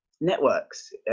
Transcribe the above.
networks